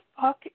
fuck